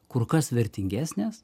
kur kas vertingesnės